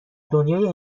دنیای